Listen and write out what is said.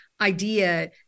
idea